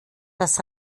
dass